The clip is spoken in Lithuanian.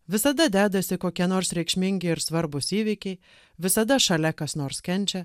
visada dedasi kokie nors reikšmingi ir svarbūs įvykiai visada šalia kas nors kenčia